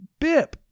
Bip